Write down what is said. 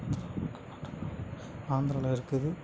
ஆந்திராவில் இருக்குது